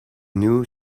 new